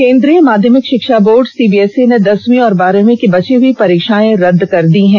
केंद्रीय माध्यमिक शिक्षा बोर्ड सीबीएसई ने दसवीं और बारहवीं की बची हुई परीक्षाएं रद्द कर दी है